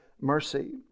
mercy